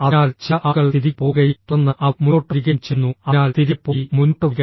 അതിനാൽ ചില ആളുകൾ തിരികെ പോകുകയും തുടർന്ന് അവർ മുന്നോട്ട് വരികയും ചെയ്യുന്നു അതിനാൽ തിരികെ പോയി മുന്നോട്ട് വരിക